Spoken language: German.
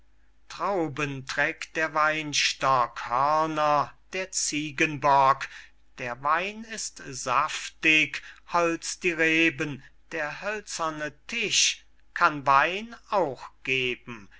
trauben trägt der weinstock hörner der ziegenbock der wein ist saftig holz die reben der hölzerne tisch kann wein auch geben